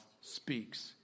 speaks